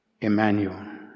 Emmanuel